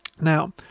Now